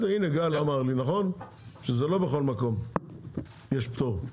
גל אמר לי שלא בכל מקום יש פטור.